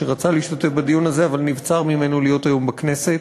שרצה להשתתף בדיון הזה אבל נבצר ממנו להיות היום בכנסת.